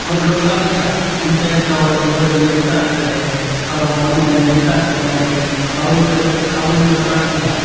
ಅವರಿಗೆ ಗೊತ್ತಾಗೋದಿಲ್ಲ ಎಂಥ ಎಂಥ ಅವರ ಜೀವದಲ್ಲಿ ಎಂಥ ಆಗ್ತದೆ ಅವರ ಬಾಡಿನಲ್ಲಿ ಎಂಥ ಆಗ್ತದೆ ಎಂದು ಅವರಿಗೆ ಅವರಿಗೆ ಗೊತ್ತಾಗೋದಿಲ್ಲ